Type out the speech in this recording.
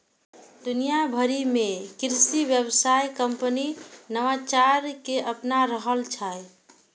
दुनिया भरि मे कृषि व्यवसाय कंपनी नवाचार कें अपना रहल छै